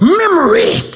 memory